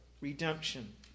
redemption